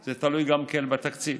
זה תלוי גם בתקציב